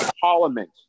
parliament